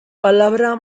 palabra